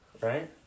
Right